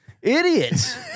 Idiots